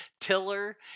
tiller